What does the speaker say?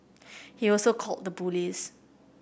he also called the police